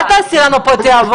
אל תעשי לנו פה תיאבון,